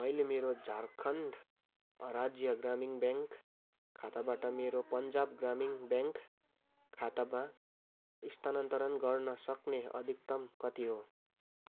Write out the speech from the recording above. मैले मेरो झारखण्ड राज्य ग्रामीण ब्याङ्क खाताबाट मेरो पन्जाब ग्रामीण ब्याङ्क खातामा स्थानान्तरण गर्न सक्ने अधिकतम कति हो